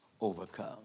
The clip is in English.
overcome